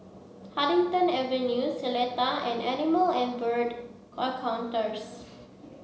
Huddington Avenue Seletar and Animal and Bird Encounters